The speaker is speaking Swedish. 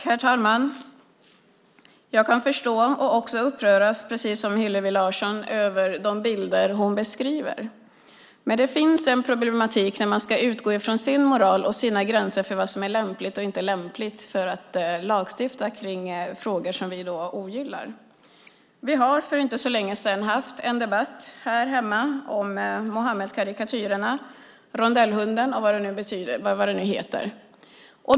Herr talman! Jag kan förstå och också uppröras precis som Hillevi Larsson över de bilder hon beskriver. Men det finns en problematik när man ska utgå från sin moral och sina gränser för vad som är lämpligt och inte lämpligt och lagstifta om sådant som vi ogillar. Vi har för inte så länge sedan haft en debatt här hemma om Muhammedkarikatyrerna, rondellhunden, och vad det nu heter.